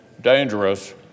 dangerous